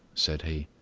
said he.